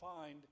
find